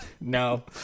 No